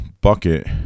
bucket